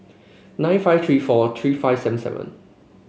nine five three four three five seven seven